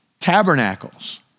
Tabernacles